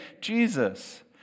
Jesus